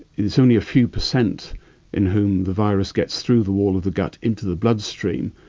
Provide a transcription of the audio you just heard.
there's only a few percent in whom the virus gets through the wall of the gut into the bloodstream.